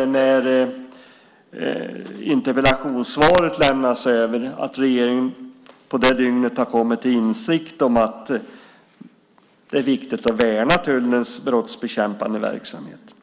när interpellationssvaret lämnades över, har kommit till insikt om att det är viktigt att värna tullens brottsbekämpande verksamhet.